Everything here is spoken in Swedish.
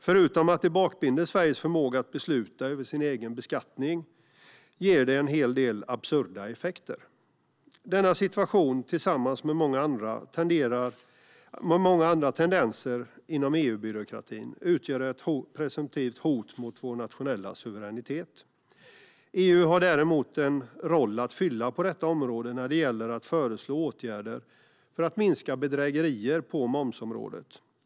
Förutom att detta bakbinder Sveriges förmåga att besluta över sin egen beskattning ger det en hel del absurda effekter. Denna situation, tillsammans med många andra tendenser inom EU-byråkratin, utgör ett presumtivt hot mot vår nationella suveränitet. EU har däremot en roll att fylla på detta område när det gäller att föreslå åtgärder för att minska bedrägerier på momsområdet.